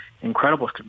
Incredible